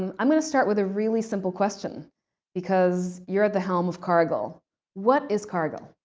um i'm gonna start with a really simple question because you're at the helm of cargill what is cargill?